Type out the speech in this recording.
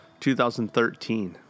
2013